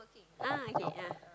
ah okay ah